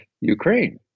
Ukraine